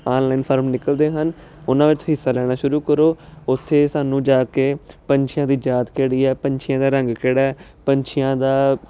online form ਨਿਕਲਦੇ ਹਨ ਉਹਨਾਂ ਵਿੱਚ ਹਿੱਸਾ ਲੈਣਾ ਸ਼ੁਰੂ ਕਰੋ ਉੱਥੇ ਸਾਨੂੰ ਜਾ ਕੇ ਪੰਛੀਆਂ ਦੀ ਜਾਤ ਕਿਹੜੀ ਹੈ ਪੰਛੀਆਂ ਦਾ ਰੰਗ ਕਿਹੜਾ ਪੰਛੀਆਂ ਦਾ